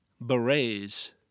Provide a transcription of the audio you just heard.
Berets